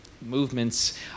movements